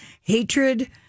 Hatred